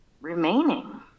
remaining